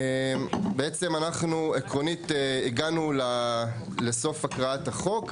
בעצם אנחנו עקרונית הגענו לסוף הקראת החוק,